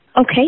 Okay